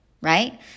right